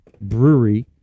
brewery